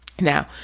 Now